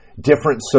different